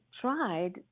tried